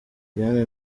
diane